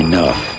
Enough